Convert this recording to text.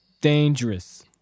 dangerous